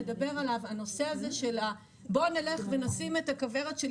הנושא של "בוא נלך ונשים את הכוורת שלי